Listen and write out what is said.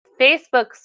Facebook's